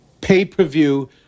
pay-per-view